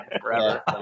forever